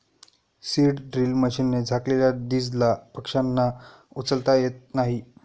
seed drill मशीनने झाकलेल्या दीजला पक्ष्यांना उचलता येत नाही